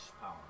power